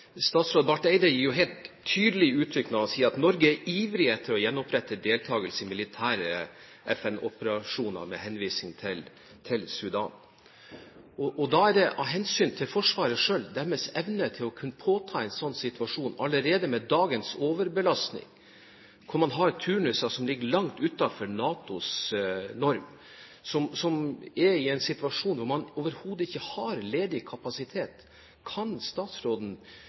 Barth Eide gir et tydelig uttrykk når han sier at Norge er ivrig etter å gjenopprette deltakelse i militære FN-operasjoner, med henvisning til Sudan. Da er det med hensyn til Forsvaret selv og deres evne til å kunne påta seg en slik operasjon allerede i dag overbelastning, hvor man har turnuser som ligger langt utenfor NATOs norm, og man er i en situasjon hvor man overhodet ikke har ledig kapasitet. Kan statsråden